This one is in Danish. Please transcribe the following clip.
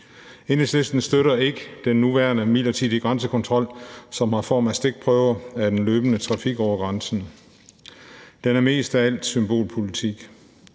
Enhedslisten støtter ikke den nuværende midlertidige grænsekontrol, som har form af stikprøver af den løbende trafik over grænsen. Den er mest af alt symbolpolitik.